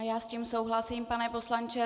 A já s tím souhlasím, pane poslanče.